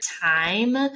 time